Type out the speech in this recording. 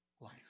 life